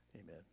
Amen